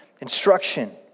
instruction